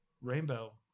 rainbow